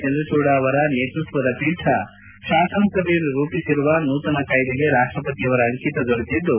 ಚಂದ್ರಚೂಡ ಅವರ ನೇತೃತ್ವದ ಪೀಠ ತಾಸನ ಸಭೆಯು ರೂಪಿಸಿರುವ ನೂತನ ಕಾಯ್ದೆಗೆ ರಾಷ್ಷಪತಿಯವರ ಅಂಕಿತ ದೊರೆತಿದ್ದು